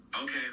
Okay